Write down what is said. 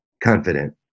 confident